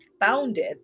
founded